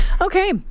Okay